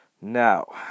Now